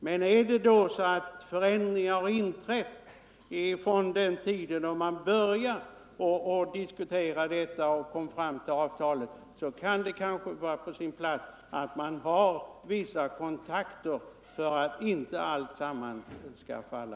Men om förändringar har inträtt sedan man började diskutera denna fråga och kom fram till avtalsförslaget, så kan det kanske vara på sin plats att man har vissa kontakter för att inte hela frågan skall falla.